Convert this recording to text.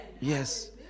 Yes